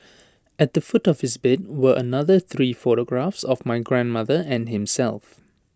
at the foot of his bed were another three photographs of my grandmother and himself